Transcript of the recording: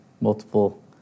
multiple